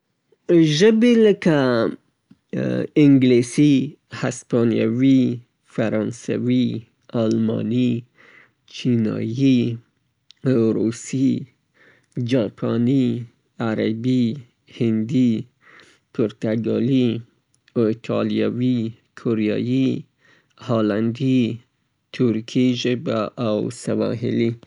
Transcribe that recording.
د ژبو نومونه لکه انګلیسی، هسپانیوي، فرانسوي، آلماني، عربي، روسي، هندي، پرتګالي، جاپاني، کوریايي، ایټالیوي، هالندي، ترکي، سواحلي، ویټنامي، فارسي، پښتو، فلیپیني، سویډني.